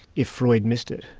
if freud missed it,